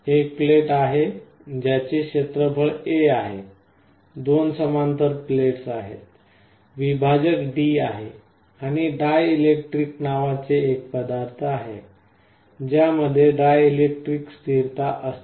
एक प्लेट आहे ज्याचे क्षेत्रफळ A आहे दोन समांतर प्लेट्स आहेत विभाजक डी आहे आणि डाइलेक्ट्रिक नावाचे एक पदार्थ आहे ज्यामध्ये डायलेक्ट्रिक स्थिरता असते